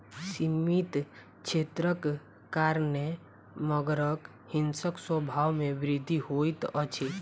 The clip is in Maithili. सीमित क्षेत्रक कारणेँ मगरक हिंसक स्वभाव में वृद्धि होइत अछि